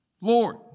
Lord